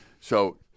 So-